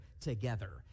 together